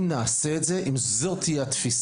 אם נעשה את זה, וזאת תהיה התפיסה,